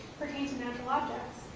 pertained to medical objects.